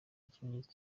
ikimenyetso